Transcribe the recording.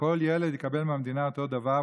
שכל ילד יקבל מהמדינה אותו דבר,